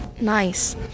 Nice